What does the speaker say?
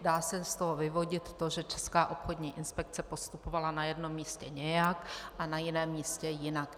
Dá se z toho vyvodit to, že Česká obchodní inspekce postupovala na jednom místě nějak a na jiném místě jinak.